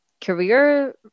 career